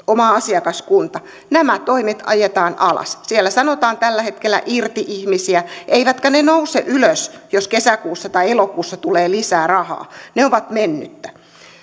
oma asiakaskunta nämä toimet ajetaan alas siellä sanotaan tällä hetkellä irti ihmisiä eivätkä ne nouse ylös jos kesäkuussa tai elokuussa tulee lisää rahaa ne ovat mennyttä